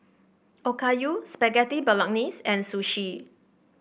Okayu Spaghetti Bolognese and Sushi